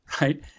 right